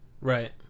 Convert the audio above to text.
Right